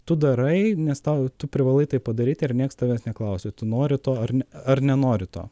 tu darai nes tau tu privalai tai padaryti ir nieks tavęs neklausia tu nori to ar ne ar nenori to